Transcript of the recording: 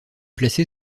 placée